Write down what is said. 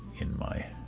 in my